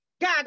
God